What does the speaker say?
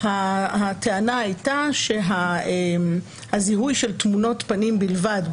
הטענה הייתה שהזיהוי של תמונות פנים בלבד,